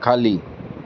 खाली